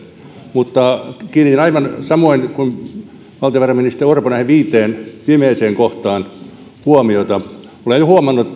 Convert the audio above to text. mutta kiinnitin aivan samoin kuin valtiovarainministeri orpo näihin viiteen viimeiseen kohtaan huomiota olen huomannut